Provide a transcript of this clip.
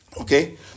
Okay